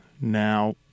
Now